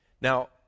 Now